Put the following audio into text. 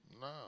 No